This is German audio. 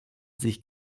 sich